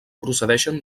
procedeixen